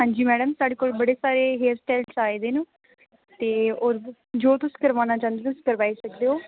हांजी मैडम साढ़े कोल बड़े सारे हेयर स्टाइ्ल्स आए दे न ते होर जो तुस करवाना चाहंदी ओ करवाई सकदी ओ